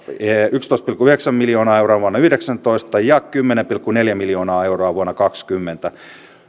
yksitoista pilkku yhdeksän miljoonaa euroa vuonna kaksituhattayhdeksäntoista ja kymmenen pilkku neljä miljoonaa euroa vuonna kaksituhattakaksikymmentä